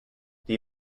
the